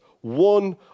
One